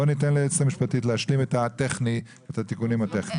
בואו ניתן ליועצת המשפטית להשלים את התיקונים הטכניים.